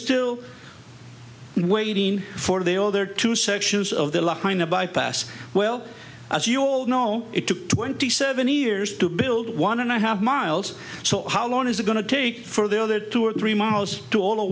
still waiting for the other two sections of the line a bypass well as you all know it took twenty seven years to build one and a half miles so how long is going to take for the other two or three miles to all the